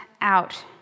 out